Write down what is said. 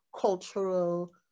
cultural